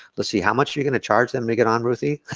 let's see, how much are you gonna charge them to get on ruthie?